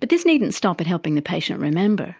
but this needn't stop at helping the patient remember.